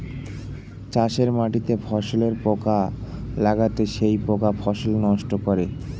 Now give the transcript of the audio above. চাষের মাটিতে ফসলে পোকা লাগলে সেই পোকা ফসল নষ্ট করে